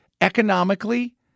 economically